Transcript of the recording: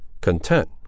content